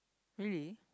really